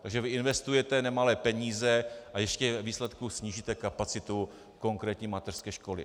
Takže vy investujete nemalé peníze a ještě ve výsledku snížíte kapacitu konkrétní mateřské školy.